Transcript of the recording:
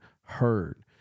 heard